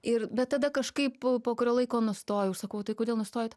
ir bet tada kažkaip po kurio laiko nustojau sakau tai kodėl nustojot